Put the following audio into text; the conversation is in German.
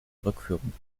rückführung